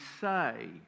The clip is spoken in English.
say